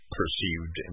perceived